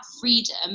freedom